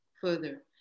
further